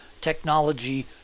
technology